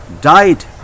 died